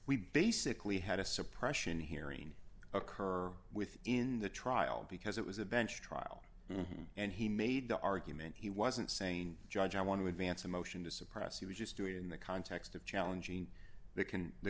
we basically had a suppression hearing occur within the trial because it was a bench trial and he made the argument he wasn't saying judge i want to advance a motion to suppress he was just doing it in the context of challenging the can the